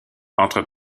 entre